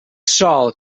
sòl